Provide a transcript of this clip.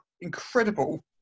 incredible